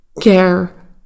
care